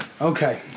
Okay